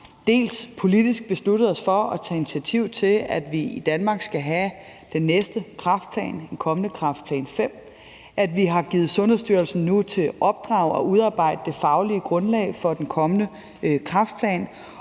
vi politisk har besluttet os for at tage initiativ til, at vi i Danmark skal have den næste kræftplan, den kommende kræftplan V, og at vi nu har givet Sundhedsstyrelsen i opdrag at udarbejde det faglige grundlag for den kommende kræftplan.